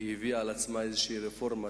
הביא על עצמו איזו רפורמה,